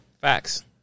Facts